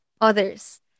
others